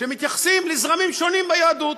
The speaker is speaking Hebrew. שמתייחסים לזרמים שונים ביהדות,